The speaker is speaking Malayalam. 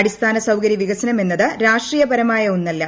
അടിസ്ഥാനസൌകര്യ വികസനം എന്നത് രാഷ്ട്രീയപരമായ ഒന്നല്ല